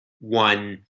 one